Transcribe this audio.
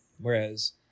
Whereas